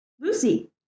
Lucy